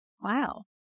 Wow